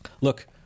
look